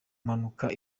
mpanuka